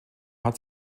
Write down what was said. hat